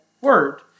word